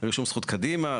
רישום זכות קדימה,